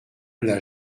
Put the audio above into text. l’a